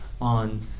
on